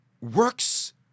works